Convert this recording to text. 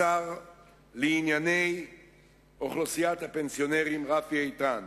לשר לענייני אוכלוסיית הפנסיונרים, רפי איתן,